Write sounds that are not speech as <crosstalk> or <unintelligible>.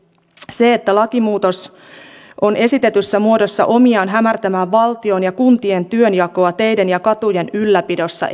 se että lakimuutos on esitetyssä muodossaan omiaan hämärtämään entisestään valtion ja kuntien työnjakoa teiden ja katujen ylläpidossa <unintelligible>